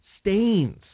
stains